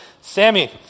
Sammy